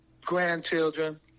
grandchildren